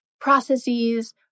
processes